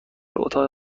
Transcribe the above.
اتاق